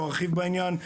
לא ארחיב בעניין.